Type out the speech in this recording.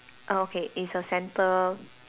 oh okay it's a centi~